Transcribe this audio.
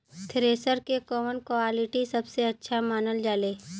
Thresher के कवन quality सबसे अच्छा मानल जाले?